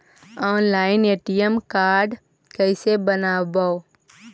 Online ATM card कैसे बनाबौ?